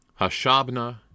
Hashabna